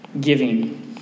giving